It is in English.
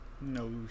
No